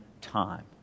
time